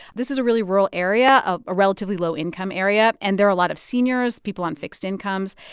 this is a really rural area, ah a relatively low-income area, and there are a lot of seniors, people on fixed incomes.